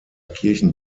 kirchen